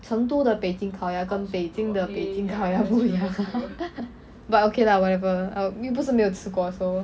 成都的北京烤鸭跟北京的北京烤鸭不一样 but okay lah whatever I 又不是没有吃过 so